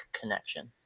connection